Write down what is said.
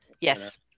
Yes